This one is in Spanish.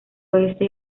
oeste